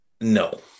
No